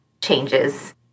changes